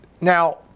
Now